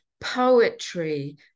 poetry